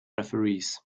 referees